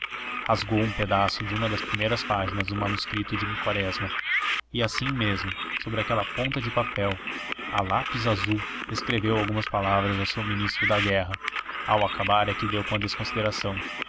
rasgou um pedaço de uma das primeiras páginas do manuscrito de quaresma e assim mesmo sobre aquela ponta de papel a lápis azul escreveu algumas palavras ao seu ministro da guerra ao acabar é que deu com a desconsideração